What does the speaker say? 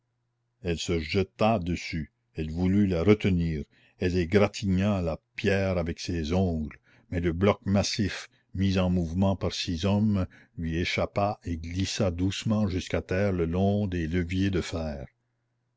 elle se jeta dessus elle voulut la retenir elle égratigna la pierre avec ses ongles mais le bloc massif mis en mouvement par six hommes lui échappa et glissa doucement jusqu'à terre le long des leviers de fer